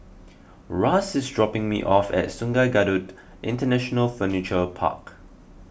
Russ is dropping me off at Sungei Kadut International Furniture Park